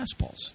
fastballs